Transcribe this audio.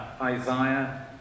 Isaiah